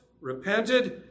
repented